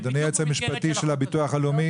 אדוני היועץ המשפטי של הביטוח הלאומי,